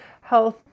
health